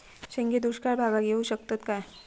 शेंगे दुष्काळ भागाक येऊ शकतत काय?